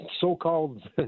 so-called